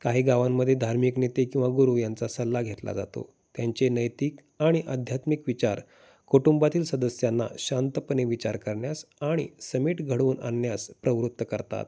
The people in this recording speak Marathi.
काही गावांमध्ये धार्मिक नेते किंवा गुरु यांचा सल्ला घेतला जातो त्यांचे नैतिक आणि आध्यात्मिक विचार कुटुंबातील सदस्यांना शांतपणे विचार करण्यास आणि समीट घडवून आणण्यास प्रवृत्त करतात